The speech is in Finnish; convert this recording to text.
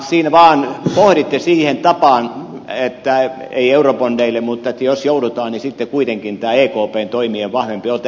siinä vaan pohditte siihen tapaan että ei eurobondeille mutta että jos joudutaan niin sitten kuitenkin tämä ekpn toimien vahvempi ote